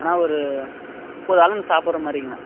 அண்ணா ஒரு முப்பது ஆளுங்கள் சாப்பிட்ற மாதிரிங்கண்ணா